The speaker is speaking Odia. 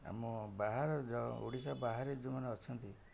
ଆମ ବାହାର ଓଡ଼ିଶା ବାହାରେ ଯେଉଁମାନେ ଅଛନ୍ତି